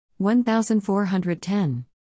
1410